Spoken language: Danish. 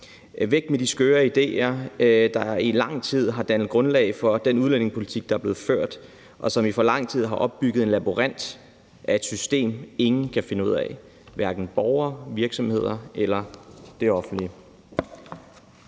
Væk med de skøre idéer, der i lang tid har dannet grundlag for den udlændingepolitik, der er blevet ført, og som i for lang tid har opbygget en labyrint af et system, ingen kan finde ud af, hverken borgere, virksomheder eller det offentlige.